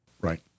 Right